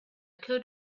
could